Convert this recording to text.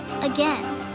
again